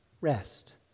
rest